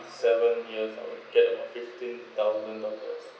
seven years I will get a fifteen thousand dollars